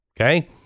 Okay